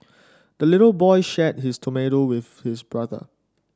the little boy shared his tomato with his brother